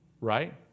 Right